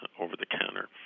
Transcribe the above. over-the-counter